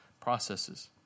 processes